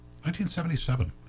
1977